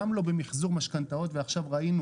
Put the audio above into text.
גם לא במחזור משכנתאות ועכשיו ראינו